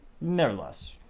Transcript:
nevertheless